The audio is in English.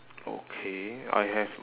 okay I have